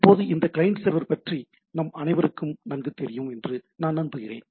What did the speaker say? இப்போது இந்த client server பற்றி நம் அனைவருக்கும் நன்கு தெரியும் என்று நான் நம்புகிறேன்